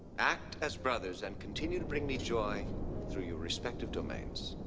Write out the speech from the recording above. act as brothers and continue to bring me joy through your respective domains.